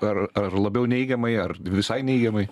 ar ar labiau neigiamai ar visai neigiamai